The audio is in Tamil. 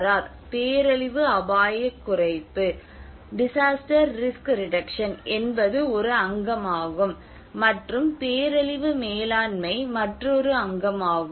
ஆர் பேரழிவு அபாயக் குறைப்பு என்பது ஒரு அங்கமாகும் மற்றும் பேரழிவு மேலாண்மை மற்றொரு அங்கமாகும்